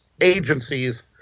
agencies